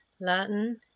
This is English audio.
Latin